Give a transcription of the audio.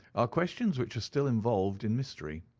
are questions which are still involved in mystery.